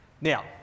now